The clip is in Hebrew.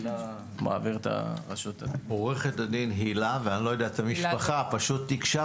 עו"ד הילה דוידוביץ.